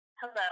Hello